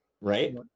Right